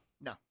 No